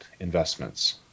Investments